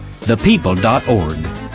thepeople.org